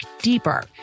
deeper